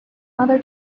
other